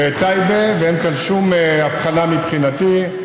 וטייבה, ואין כאן שום הבחנה, מבחינתי,